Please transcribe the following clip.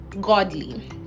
godly